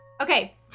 Okay